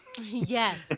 Yes